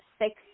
six